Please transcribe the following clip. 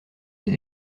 les